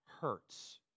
hurts